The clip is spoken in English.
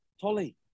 Tolly